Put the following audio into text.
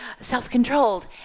self-controlled